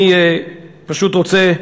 אני פשוט רוצה,